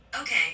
Okay